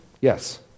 Yes